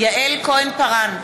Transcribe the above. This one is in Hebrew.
יעל כהן-פארן,